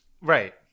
Right